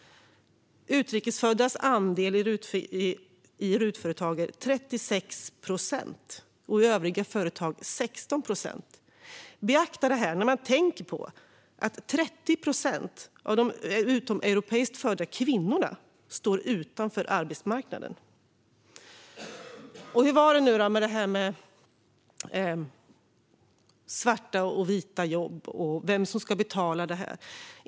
Utrikesföddas andel i RUT-företag är 36 procent, i övriga företag 16 procent. Beakta det med tanke på att 30 procent av de utomeuropeiskt födda kvinnorna står utanför arbetsmarknaden! Och hur var det nu med detta med svarta och vita jobb och vem som ska betala detta?